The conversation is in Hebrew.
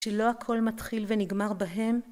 כשלא הכל מתחיל ונגמר בהם,